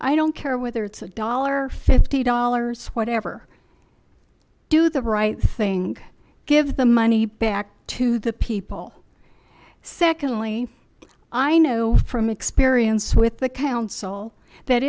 i don't care whether it's a dollar fifty dollars whatever do the right thing give the money back to the people secondly i know from experience with the council that